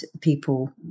people